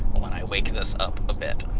when i wake this up a bit.